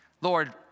Lord